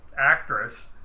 actress